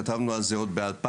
כתבנו על זה עוד ב-2000,